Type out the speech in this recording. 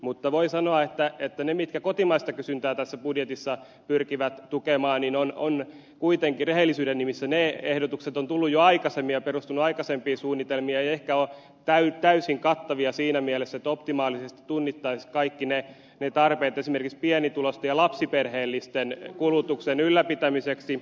mutta ne ehdotukset jotka kotimaista kysyntää tässä budjetissa pyrkivät tukemaan niin on kuitenkin rehellisyyden nimissä sanottava että ne ovat tulleet jo aikaisemmin perustuneet aikaisempiin suunnitelmiin ja eivät ehkä ole täysin kattavia siinä mielessä että optimaalisesti tunnistettaisiin kaikki tarpeet esimerkiksi pienituloisten ja lapsiperheellisten kulutuksen ylläpitämiseksi